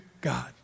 God